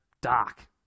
dark